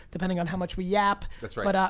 depending on how much we yap. that's right. but